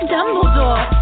Dumbledore